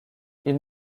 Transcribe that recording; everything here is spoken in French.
ils